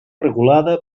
regulada